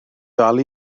dal